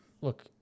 look